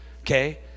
okay